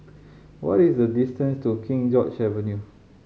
what is the distance to King George Avenue